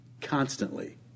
constantly